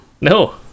No